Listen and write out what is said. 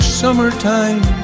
summertime